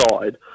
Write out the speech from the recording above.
side